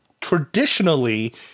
traditionally